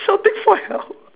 shouting for help